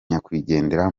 nyakwigendera